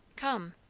come!